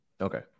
Okay